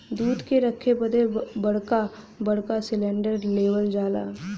दूध के रखे बदे बड़का बड़का सिलेन्डर लेवल जाला